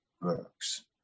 works